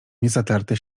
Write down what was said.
niezatarte